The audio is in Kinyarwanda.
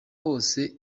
hose